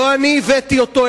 לא אני הבאתי אותו,